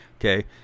okay